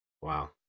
Wow